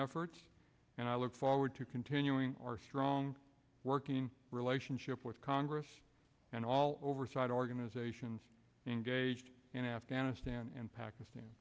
efforts and i look forward to continuing our strong working relationship with congress and all oversight organizations engaged in afghanistan and pakistan